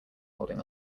holding